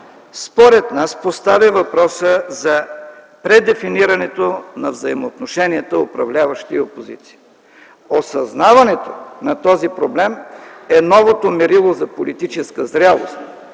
според нас поставя въпроса за предефинирането на взаимоотношенията управляващи-опозиция. Осъзнаването на този проблем е новото мерило за политическа зрялост.